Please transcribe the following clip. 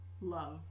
love